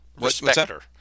Respecter